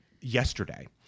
yesterday